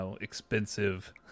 expensive